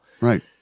Right